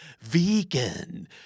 vegan